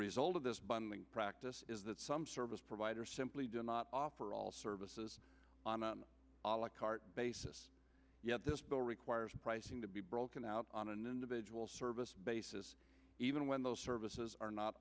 result of this bundling practice is that some service providers simply do not offer all services on a cart basis yet this bill requires pricing to be broken out on an individual service basis even when those services are not